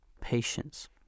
patience